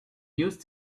used